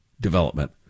development